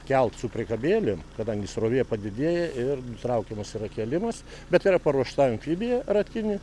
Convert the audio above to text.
kelt su priekabėlėm kadangi srovė padidėja ir nutraukiamas yra kėlimas bet yra paruošta amfibija ratinė